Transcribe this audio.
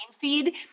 feed